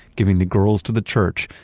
giving the girls to the church,